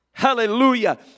Hallelujah